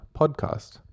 podcast